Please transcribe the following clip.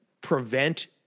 prevent